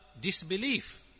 disbelief